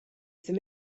ddim